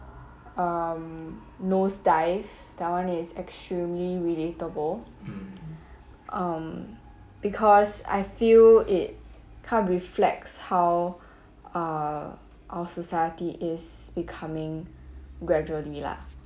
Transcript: nose dive that one is extremely relatable um because I feel it kind of reflects how uh our society is becoming gradually lah